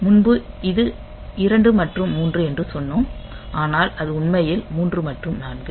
முன்பு இது 2 மற்றும் 3 என்று சொன்னோம் ஆனால் அது உண்மையில் 3 மற்றும் 4